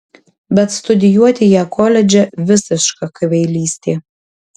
bet studijuoti ją koledže visiška kvailystė